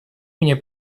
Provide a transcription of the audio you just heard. меня